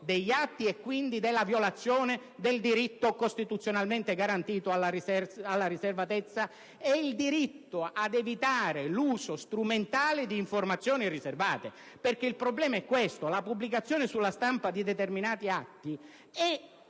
degli atti e, quindi, della violazione del diritto, costituzionalmente garantito, alla riservatezza e ad evitare l'uso strumentale di informazioni riservate. Il problema infatti è che la pubblicazione sulla stampa di determinati atti